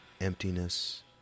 emptiness